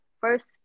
first